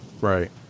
right